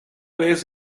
vez